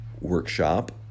workshop